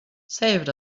saved